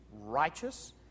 righteous